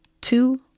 two